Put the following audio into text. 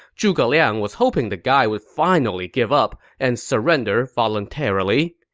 zhuge liang was hoping the guy would finally give up and surrender voluntarily.